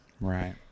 Right